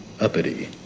uppity